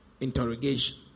interrogation